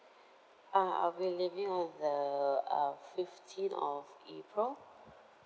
ah I'll be leaving on the uh fifteen of april